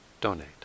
donate